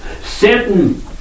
Satan